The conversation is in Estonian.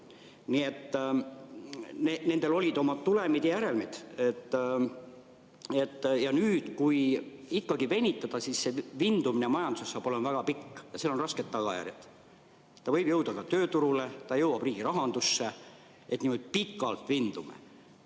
Nii et nendel olid oma tulemid ja järelmid. Ja nüüd, kui ikkagi venitada, siis see vindumine majanduses saab olema väga pikk ja sel on rasked tagajärjed. See võib jõuda ka tööturule, see jõuab riigi rahandusse, kui niimoodi pikalt vindume.